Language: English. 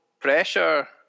pressure